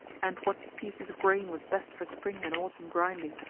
and what species of grain was best for spring and autumn grinding,